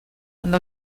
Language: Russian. она